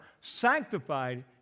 sanctified